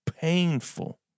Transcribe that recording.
painful